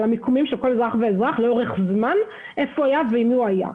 המיקומים של כל אזרח ואזרח לאורך זמן ועם מי הוא היה.